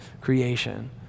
creation